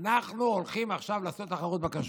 אנחנו הולכים עכשיו לעשות תחרות בכשרות.